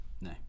no